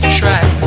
try